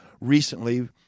recently